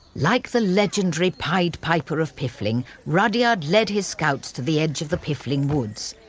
like the legendary pied piper of piffling, rudyard led his scouts to the edge of the piffling woods.